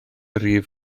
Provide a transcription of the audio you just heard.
rif